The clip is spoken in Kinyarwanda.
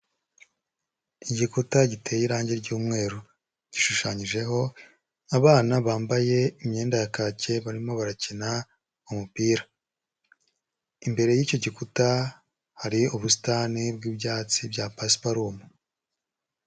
Iki gikuta giteye irangi ry'umweru, gishushanyijeho abana bambaye imyenda ya kake ,barimo barakina umupira, imbere y'icyo gikuta hari ubusitani bw'ibyatsi bya pasiparumu.